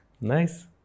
Nice